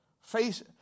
face